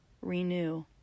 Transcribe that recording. renew